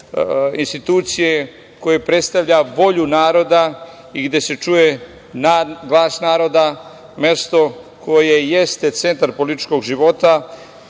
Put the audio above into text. institucije koje predstavlja volju naroda i gde se čuje glas naroda, mesto koje jeste centar političkog života